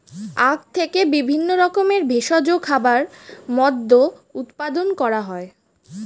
আখ থেকে বিভিন্ন রকমের ভেষজ খাবার, মদ্য উৎপাদন করা হয়